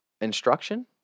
instruction